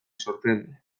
sorprende